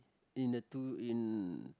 in the two in